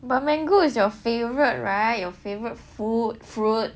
but mango is your favourite right your favorite food fruit